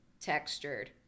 textured